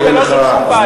ולא של שום בית,